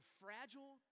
fragile